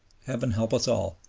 heaven help us all.